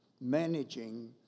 managing